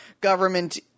government